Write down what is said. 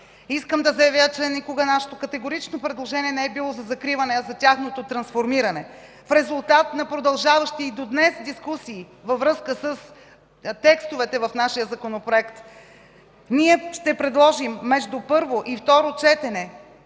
Искам да заявя, че никога нашето категорично предложение не е било за закриване, а за тяхното трансформиране. В резултат на продължаващи и до днес дискусии във връзка с текстовете в нашия Законопроект, ние ще предложим между първо и второ четене